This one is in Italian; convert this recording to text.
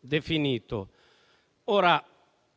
definito.